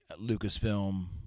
Lucasfilm